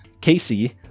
Casey